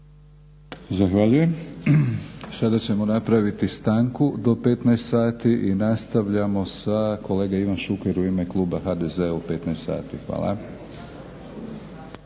Zahvaljujem. Sada ćemo napraviti stanku do 15,00 sati i nastavljamo sa kolega Ivan Šuker u ime kluba HDZ-a u 15,00 sati. Hvala.